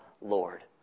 Lord